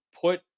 put